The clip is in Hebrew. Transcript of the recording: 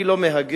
אני לא מהגר,